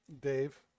Dave